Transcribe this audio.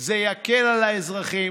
זה יקל על האזרחים.